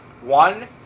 One